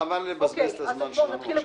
חבל לבזבז את הזמן שלנו עכשיו.